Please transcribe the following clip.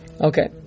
okay